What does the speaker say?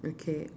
okay